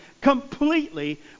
Completely